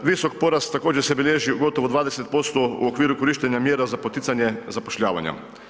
Visok porast također se bilježi u gotovo 20% u okviru korištenja mjera za poticanje zapošljavanja.